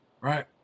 right